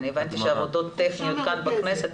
הבנתי שנעשות עבודות טכניות בכנסת.